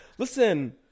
Listen